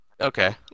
Okay